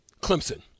Clemson